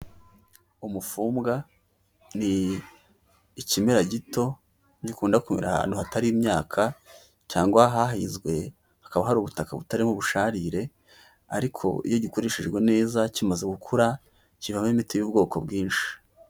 Umufumbwa ni ikimera gito gikunda kumerara ahantu hatari imyaka cyangwa hahinzwe hakaba hari ubutaka butarimo ubusharire ariko iyo gikoreshejwe neza kimaze gukura kivamo imiti y'ubwoko bwinshi.